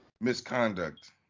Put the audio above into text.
misconduct